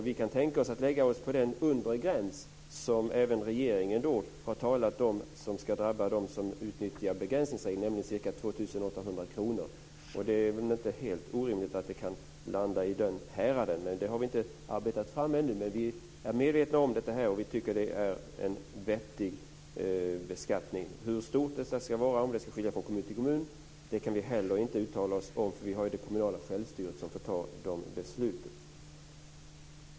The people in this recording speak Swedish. Vi kan tänka oss att lägga oss på den undre gränsen, som även regeringen har talat om och som ska drabba dem som utnyttjar begränsningsregeln, nämligen 2 800 kr. Det är väl inte helt orimligt att avgiften kan hamna i det häradet, men den har vi inte arbetat fram ännu. Men vi är medvetna om detta och tycker att det är en vettig avgift. Hur stor den ska vara, om den ska skilja från kommun till kommun, kan vi heller inte uttala oss om. Vi har ju de kommunala självstyrelserna som får fatta dessa beslut.